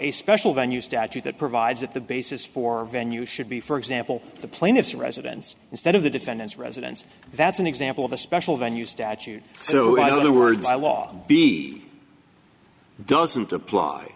a special venue statute that provides that the basis for venue should be for example the plaintiff's residence instead of the defendant's residence that's an example of a special venue statute so the words a lot b doesn't apply